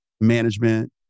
management